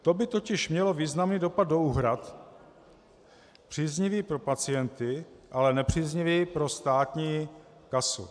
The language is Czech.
To by totiž mělo významný dopad do úhrad příznivý pro pacienty, ale nepříznivý pro státní kasu.